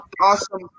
awesome